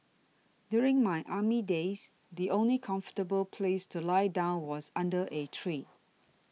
during my army days the only comfortable place to lie down was under a tree